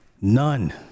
None